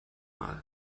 mal